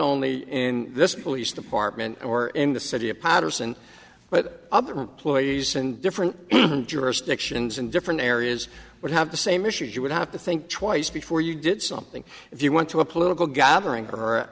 only in this police department or in the city of paterson but other employees in different jurisdictions in different areas would have the same issues you would have to think twice before you did something if you went to a political gathering